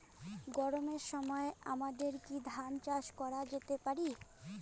গরমের সময় আমাদের কি ধান চাষ করা যেতে পারি?